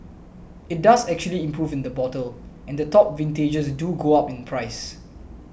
it does actually improve in the bottle and the top vintages do go up in price